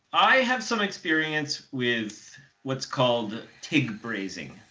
i have some experience with what's called tig brazing,